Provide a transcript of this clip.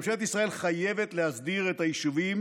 ממשלת ישראל חייבת להסדיר את היישובים